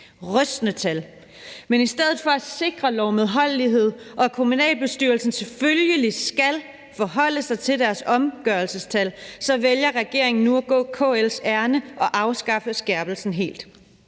rystende tal. Men i stedet for sikre lovmedholdelighed og fastholde, at kommunalbestyrelserne selvfølgelig skal forholde sig til deres omgørelsestal, vælger regeringen nu at gå KL's ærinde og afskaffe skærpelsen helt.